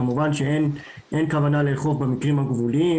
כמובן שאין כוונה לאכוף במקרים הגבוליים